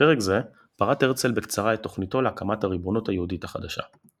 בפרק זה פרט הרצל בקצרה את תוכניתו להקמת הריבונות היהודית החדשה.